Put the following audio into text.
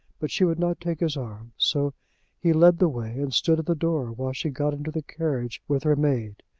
but she would not take his arm. so he led the way, and stood at the door while she got into the carriage with her maid.